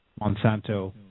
Monsanto